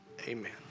Amen